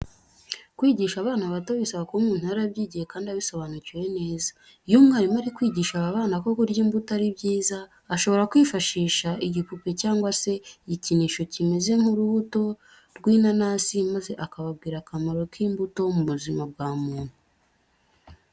Kwigisha abana bato bisaba kuba umuntu yarabyigiye kandi abisobanukiwe neza. Iyo umwarimu ari kwigisha aba bana ko kurya imbuto ari byiza, ashobora kwifashisha igipupe cyangwa se igikinisho kimeze nk'urubuto rw'inanasi maze akababwira akamaro k'imbuto mu buzima bwa muntu.